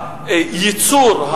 הייצור,